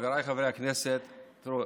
חבריי חברי הכנסת, תראו,